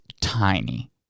tiny